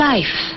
Life